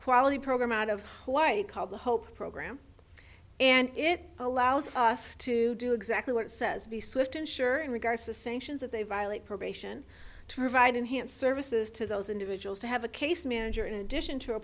quality program out of hawaii called the hope program and it allows us to do exactly what it says be swift and sure regards to sanctions if they violate probation to provide enhanced services to those individuals to have a case manager in addition to a